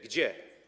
Gdzie?